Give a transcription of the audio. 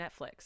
Netflix